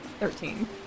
Thirteen